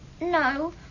No